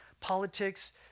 politics